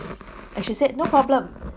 and she said no problem